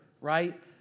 right